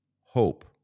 hope